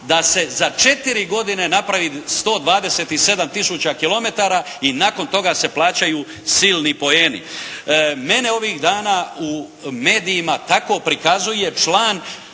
da se za 4 godine napravi 127 tisuća kilometara i nakon toga se plaćaju silni poeni. Mene ovih dana u medijima tako prikazuje član